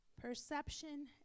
Perception